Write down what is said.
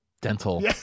Dental